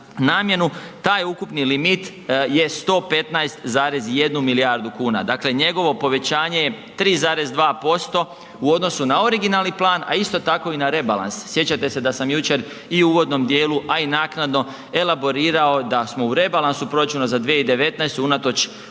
namjenu, taj ukupni limit je 115,1 milijardu kuna, dakle njegovo povećanje je 3,2% u odnosu na originalni plan a isto tako i na rebalans. Sjećate se da sam jučer i u uvodnom djelu a i naknadno elaborirao da smo u rebalansu proračuna za 2019. unatoč